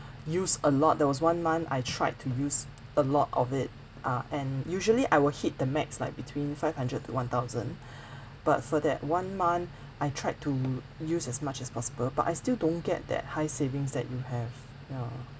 use a lot there was one month I tried to use a lot of it ah and usually I will hit the max like between five hundred to one thousand but for that one month I tried to use as much as possible but I still don't get that high savings that you have ya